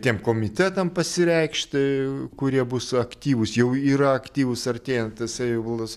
tiem komitetam pasireikšt kurie bus aktyvūs jau yra aktyvūs artėjant savivaldos